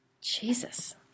Jesus